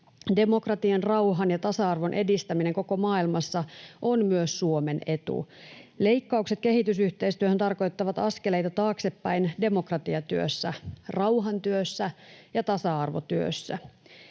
Demokratian, rauhan ja tasa-arvon edistäminen koko maailmassa on myös Suomen etu. Leikkaukset kehitysyhteistyöhön tarkoittavat askeleita taaksepäin demokratiatyössä, rauhantyössä ja tasa-arvotyössä.